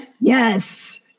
Yes